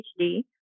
PhD